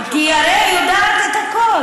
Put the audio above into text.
אני רוצה ממך.